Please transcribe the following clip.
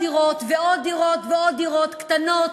דירות ועוד דירות ועוד דירות קטנות,